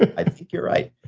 i think you're right.